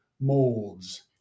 molds